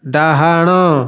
ଡାହାଣ